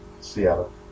Seattle